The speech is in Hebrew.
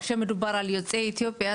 כשמדובר על יוצאי אתיופיה,